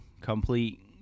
complete